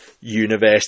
Universe